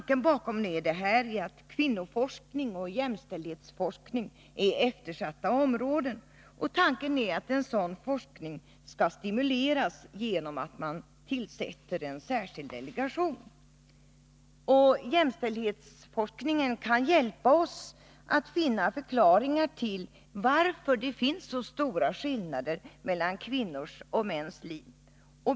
Kvinnoforskning och jämställdhetsforskning är eftersatta områden, och tanken är att sådan forskning skall stimuleras genom att man tillsätter en särskild delegation. Jämställdhetsforskningen kan hjälpa oss att finna förklaringar till varför det finns så stora skillnader mellan kvinnors och mäns liv.